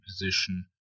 position